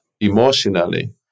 emotionally